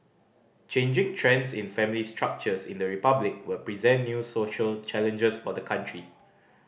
changing trends in family structures in the Republic will present new social challenges for the country